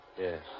Yes